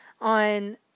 on